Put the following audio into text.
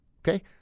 Okay